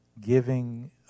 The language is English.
giving